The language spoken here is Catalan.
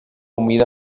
humida